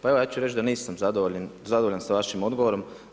Pa evo, ja ću reći da nisam zadovoljan sa vašim odgovorom.